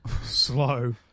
slow